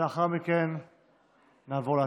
לאחר מכן נעבור להצבעה.